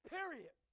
Period